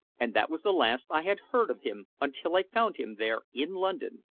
and that was the last i had heard of him until i found him there in london,